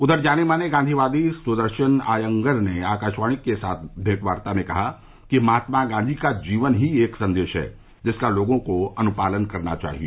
उधर जाने माने गांधीवादी सुदर्शन आयंगर ने आकाशवाणी के साथ मेंटवार्ता में कहा कि महात्मा गांधी का जीवन ही एक संदेश है जिसका लोगों को अनुपालन करना चाहिए